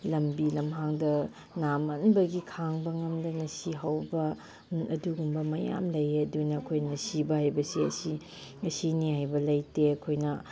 ꯂꯝꯕꯤ ꯂꯝꯍꯥꯡꯗ ꯅꯥꯃꯟꯕꯒꯤ ꯈꯥꯡꯕ ꯉꯝꯗꯅ ꯁꯤꯍꯧꯕ ꯑꯗꯨꯒꯨꯝꯕ ꯃꯌꯥꯝ ꯂꯩꯌꯦ ꯑꯗꯨꯅ ꯑꯩꯈꯣꯏꯅ ꯁꯤꯕ ꯍꯥꯏꯕꯁꯦ ꯑꯁꯤꯅꯦ ꯍꯥꯏꯕ ꯂꯩꯇꯦ ꯑꯩꯈꯣꯏꯅ